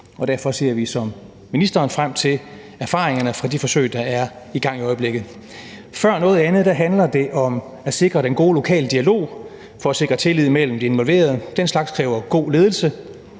Derfor ser vi som ministeren frem til at se erfaringerne fra de forsøg, der er i gang i øjeblikket. Før noget andet handler det om at skabe den gode lokale dialog for at sikre tillid mellem de involverede. Den slags kræver god ledelse